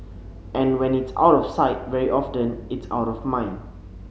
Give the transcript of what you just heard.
and when it's out of sight very often it's out of mind